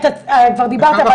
כבר דיברת.